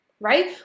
Right